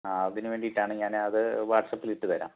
ആ അതിനു വേണ്ടീട്ടാണ് ഞാനത് വാട്സാപ്പിൽ ഇട്ടുതരാം